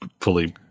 fully